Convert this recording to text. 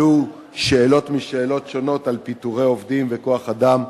עלו שאלות משאלות שונות על פיטורי עובדים וכוח-אדם.